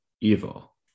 evil